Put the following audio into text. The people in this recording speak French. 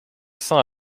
cents